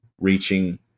reaching